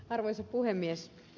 arvoisa puhemies